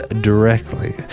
directly